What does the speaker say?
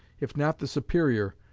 if not the superior,